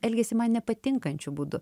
elgiasi man nepatinkančiu būdu